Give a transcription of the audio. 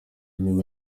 nyuma